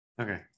Okay